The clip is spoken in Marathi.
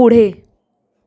पुढे